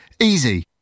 Easy